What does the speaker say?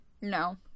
No